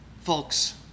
Folks